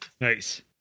Nice